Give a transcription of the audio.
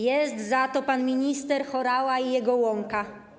Jest za to pan minister Horała i jego łąka.